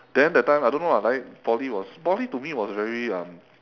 then that time I don't know ah like poly was poly to me was very um